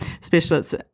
specialists